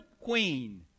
queen